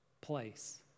place